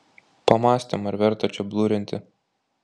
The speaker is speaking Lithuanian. pamąstėm ar verta čia blurinti